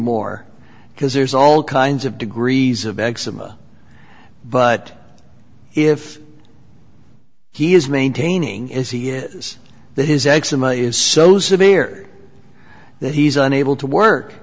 more because there's all kinds of degrees of eczema but if he is maintaining as he is that his eczema is so severe that he's unable to work